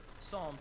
Psalm